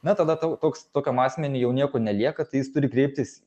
na tada tau toks tokiam asmeniui jau nieko nelieka tai jis turi kreiptis